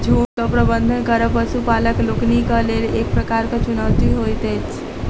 झुंडक प्रबंधन करब पशुपालक लोकनिक लेल एक प्रकारक चुनौती होइत अछि